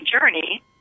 journey